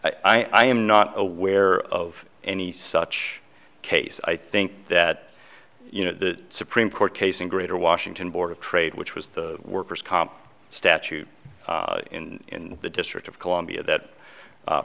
i am not aware of any such case i think that you know the supreme court case in greater washington board of trade which was the worker's comp statute in the district of columbia that